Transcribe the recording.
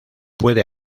puede